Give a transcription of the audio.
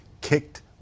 kicked